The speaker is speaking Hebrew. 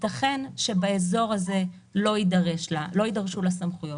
ייתכן שבאזור הזה לא יידרשו לה סמכויות